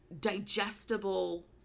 digestible